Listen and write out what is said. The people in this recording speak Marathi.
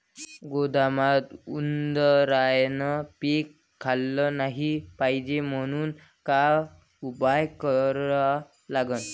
गोदामात उंदरायनं पीक खाल्लं नाही पायजे म्हनून का उपाय करा लागन?